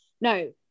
no